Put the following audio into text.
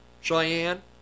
Cheyenne